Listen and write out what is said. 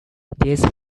these